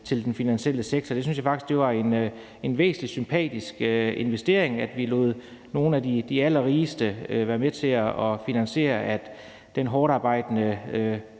til den finansielle sektor. Det syntes jeg faktisk var en væsentlig, sympatisk investering, altså at vi lod nogle af de allerrigeste være med til at finansiere, at folk som den hårdtarbejdende